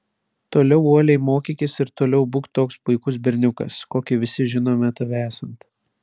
toliau uoliai mokykis ir toliau būk toks puikus berniukas kokį visi žinome tave esant